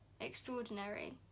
extraordinary